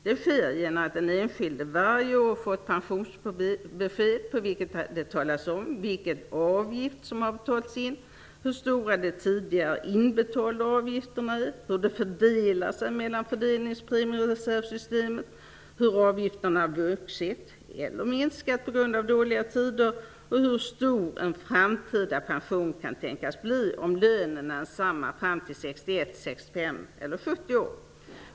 Det sker genom att den enskilde varje år får ett pensionsbesked på vilket det anges vilken avgift som har betalats in, hur stora de tidigare inbetalda avgifterna är, hur de fördelar sig mellan fördelnings och premiereservsystemet, hur avgifterna har vuxit eller minskat på grund av dåliga tider och hur stor en framtida pension kan tänkas bli om lönen är densamma fram till 61, 65 eller 70 år.